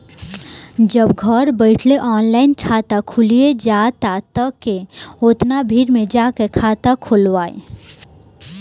अब जब घरे बइठल ऑनलाइन खाता खुलिये जाता त के ओतना भीड़ में जाके खाता खोलवाइ